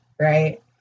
right